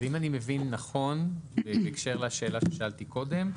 אם אני מבין נכון בהקשר לשאלה ששאלתי קודם,